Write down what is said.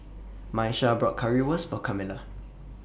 Miesha bought Currywurst For Camilla